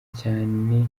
cyane